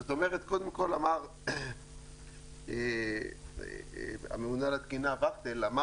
זאת אומרת קודם כל וכטל הממונה על התקינה אמר